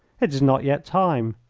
it is not yet time.